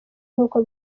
nk’uko